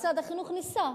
משרד החינוך ניסה.